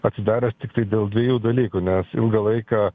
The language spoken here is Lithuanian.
atsidaręs tiktai dėl dviejų dalykų nes ilgą laiką